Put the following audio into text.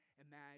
imagine